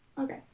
okay